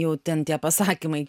jau ten tie pasakymai